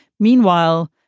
meanwhile,